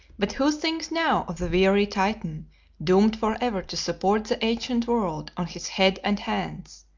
but who thinks now of the weary titan doomed for ever to support the ancient world on his head and hands,